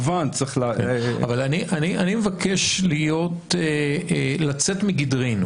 אבל אני מבקש לצאת מגדרנו.